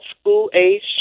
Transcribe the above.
school-age